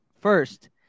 first